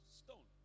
stone